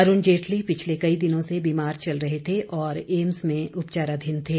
अरूण जेटली पिछले कई दिनों से बीमार चल रहे थे और ऐम्स में उपचाराधीन थे